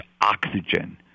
oxygen